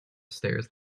stairs